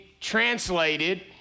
translated